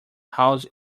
house